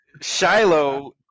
Shiloh